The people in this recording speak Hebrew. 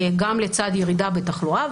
גם לצד ירידה בתחלואה,